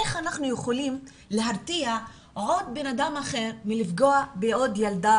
איך אנחנו יכולים להרתיע עוד אדם אחר מלפגוע בעוד ילדה